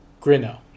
grino